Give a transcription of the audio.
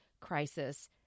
crisis